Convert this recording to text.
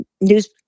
news